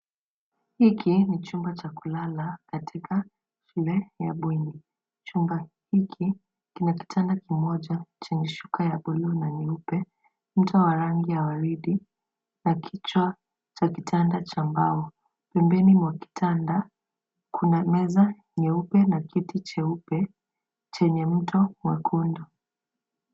Hiki ni chumba cha kulala katika shule ya bweni. Chumba hiki kina kitanda kimoja chenye shuka ya buluu na nyeupe, mto wa rangi ya waridi, na kichwa cha kitanda cha mbao. Pembeni mwa kitanda, kuna meza nyeupe na kiti cheupe chenye mto mwekundu.